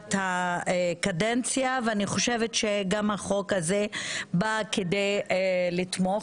מתחילת הקדנציה ואני חושבת שגם החוק הזה בא כדי לתמוך,